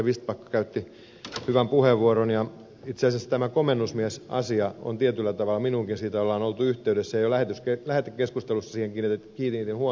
vistbacka käytti hyvän puheenvuoron ja itse asiassa tähän komennusmiesasiaan minuunkin siitä ollaan oltu yhteydessä jo lähetekeskustelussa siihen kiinnitin huomiota